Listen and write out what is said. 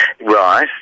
Right